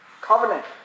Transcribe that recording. covenant